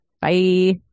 Bye